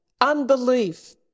unbelief